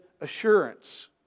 assurance